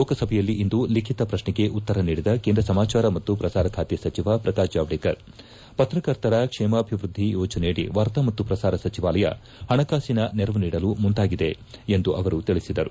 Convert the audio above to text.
ಲೋಕಸಭೆಯಲ್ಲಿಂದು ಲಖಿತ ಪ್ರಶ್ನೆಗೆ ಉತ್ತರ ನೀಡಿದ ಕೇಂದ್ರ ಸಮಾಚಾರ ಮತ್ತು ಪ್ರಸಾರ ಖಾತೆ ಸಚಿವ ಪ್ರಕಾಶ್ ಜಾವಡೇಕರ್ ಅವರು ಪತ್ರಕರ್ತರ ಕ್ಷೇಮಾಭಿವೃದ್ದಿ ಯೋಜನೆಯಡಿ ವಾರ್ತಾ ಮತ್ತು ಪ್ರಸಾರ ಸಚಿವಾಲಯ ಹಣಕಾಸಿನ ನೆರವು ನೀಡಲು ಮುಂದಾಗಿದೆ ಎಂದು ಅವರು ತಿಳಿಸಿದರು